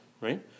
Right